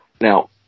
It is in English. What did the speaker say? Now